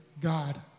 God